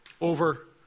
over